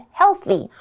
healthy